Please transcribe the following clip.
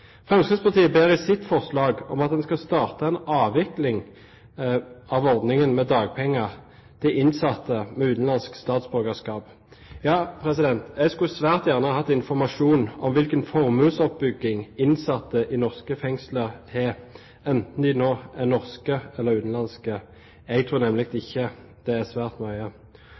Fremskrittspartiet ber i sitt forslag om at man skal starte med en avvikling av ordningen med dagpenger til innsatte med utenlandsk statsborgerskap. Jeg skulle svært gjerne hatt informasjon om hvilken formuesoppbygging innsatte i norske fengsler har, enten de nå er norske eller utenlandske. Jeg tror nemlig ikke det er svært mye.